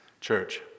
Church